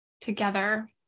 together